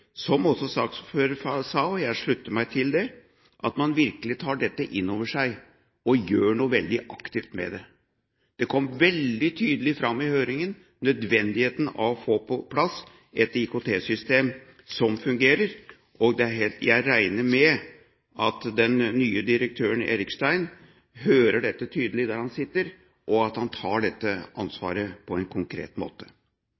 som også saksordføreren sa – og jeg slutter meg til det – at man virkelig tar dette inn over seg og gjør noe veldig aktivt med det. Nødvendigheten av å få på plass et IKT-system som fungerer, kom veldig tydelig fram i høringen, og jeg regner med at den nye direktøren, Bjørn Erikstein, hører dette tydelig der han sitter, og at han tar